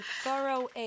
thorough